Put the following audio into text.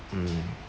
mm